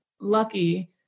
lucky